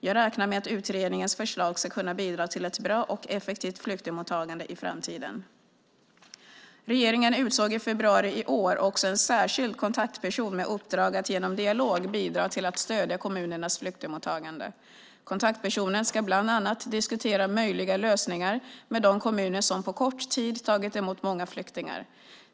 Jag räknar med att utredningens förslag ska kunna bidra till ett bra och effektivt flyktingmottagande i framtiden. Regeringen utsåg i februari i år också en särskild kontaktperson med uppdrag att genom dialog bidra till att stödja kommunernas flyktingmottagande . Kontaktpersonen ska bland annat diskutera möjliga lösningar med de kommuner som på kort tid tagit emot många flyktingar.